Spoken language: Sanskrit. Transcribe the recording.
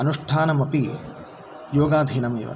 अनुष्ठानमपि योगाधीनमेव